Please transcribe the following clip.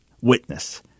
witness